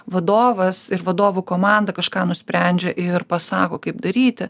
vadovas ir vadovų komanda kažką nusprendžia ir pasako kaip daryti